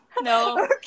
no